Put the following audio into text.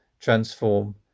transform